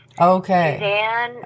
Okay